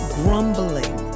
grumbling